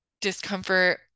discomfort